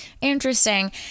interesting